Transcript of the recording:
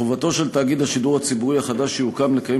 חובתו של תאגיד השידור הציבורי החדש שיוקם לקיים